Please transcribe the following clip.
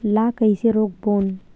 ला कइसे रोक बोन?